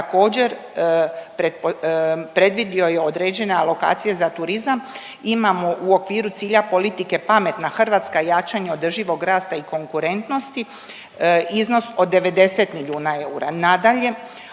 predvidio je određene alokacije za turizam, imamo u okviru cilja politike pametna Hrvatska i jačanje održivog rasta i konkurentnosti, iznos od 90 milijuna eura.